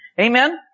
Amen